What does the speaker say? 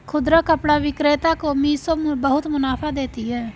खुदरा कपड़ा विक्रेता को मिशो बहुत मुनाफा देती है